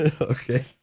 Okay